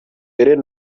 tureba